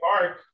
park